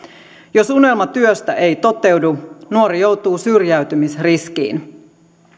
jos unelma työstä ei toteudu nuori joutuu syrjäytymisriskin alle